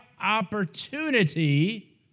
opportunity